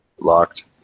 locked